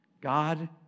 God